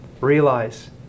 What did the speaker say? realize